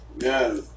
Yes